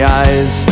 eyes